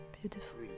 Beautiful